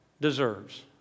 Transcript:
deserves